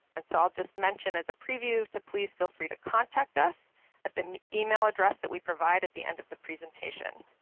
so, i'll just mention as a preview to please feel free to contact us at the email address that we provide at the end of the presentation.